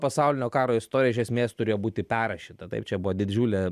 pasaulinio karo istorija iš esmės turėjo būti perrašyta taip čia buvo didžiulė